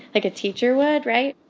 like a teacher would. right?